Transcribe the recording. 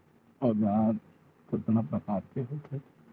औजार कतना प्रकार के होथे?